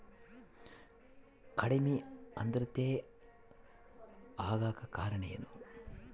ಕಡಿಮೆ ಆಂದ್ರತೆ ಆಗಕ ಕಾರಣ ಏನು?